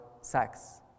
sex